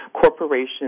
Corporations